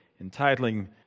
entitling